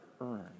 earn